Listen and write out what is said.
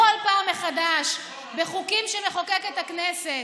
ממשיך להתערב בכל פעם מחדש בחוקים שמחוקקת הכנסת,